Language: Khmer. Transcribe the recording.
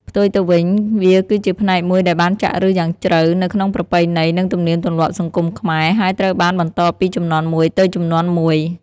ផ្ទុយទៅវិញ វាគឺជាផ្នែកមួយដែលបានចាក់ឫសយ៉ាងជ្រៅនៅក្នុងប្រពៃណី និងទំនៀមទម្លាប់សង្គមខ្មែរ ហើយត្រូវបានបន្តពីជំនាន់មួយទៅជំនាន់មួយ។